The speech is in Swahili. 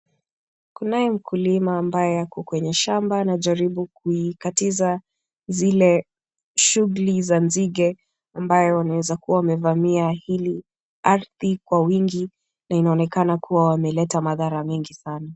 Kunae mkulima ambaye ako kwenye shamba anajaribu kumkatiza zile shughuli za nzige ambayo wanaeza wamevamia hii ardhi kwa wingi na inaonekana wameleta madhara mengi sana.